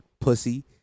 pussy